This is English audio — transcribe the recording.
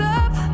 up